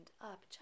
up